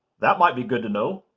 that might be good to know.